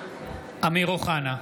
(קורא בשמות חברי הכנסת) אמיר אוחנה,